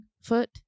foot